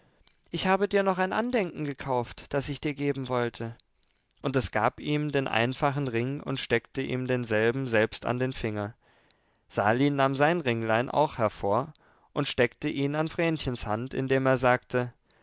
ich habe dir noch ein andenken gekauft das ich dir geben wollte und es gab ihm den einfachen ring und steckte ihm denselben selbst an den finger sali nahm sein ringlein auch hervor und steckte ihn an vrenchens hand indem er sagte